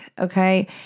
Okay